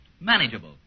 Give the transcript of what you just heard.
manageable